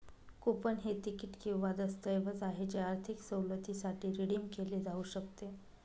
coupon हे तिकीट किंवा दस्तऐवज आहे जे आर्थिक सवलतीसाठी रिडीम केले जाऊ शकते